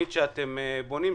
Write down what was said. שבתכנית שאתם בונים,